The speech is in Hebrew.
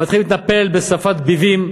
מתחילים להתנפל בשפת ביבים,